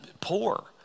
poor